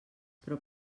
però